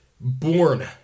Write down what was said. born